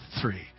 three